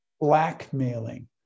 blackmailing